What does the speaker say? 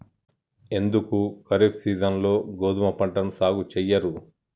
ఎందుకు ఖరీఫ్ సీజన్లో గోధుమ పంటను సాగు చెయ్యరు?